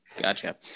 Gotcha